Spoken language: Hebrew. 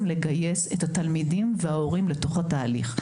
לגייס את התלמידים וההורים בתוך התהליך.